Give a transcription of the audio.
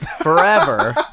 Forever